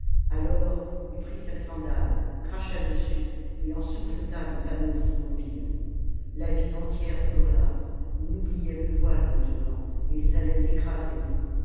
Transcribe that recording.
alors il prit sa sandale cracha dessus et en souffleta les panneaux immobiles la ville entière hurla on oubliait le voile maintenant et ils allaient l'écraser